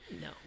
No